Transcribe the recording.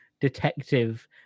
detective